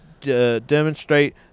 demonstrate